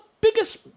biggest